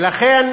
ולכן